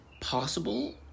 possible